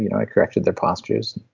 you know i corrected their postures.